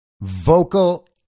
vocal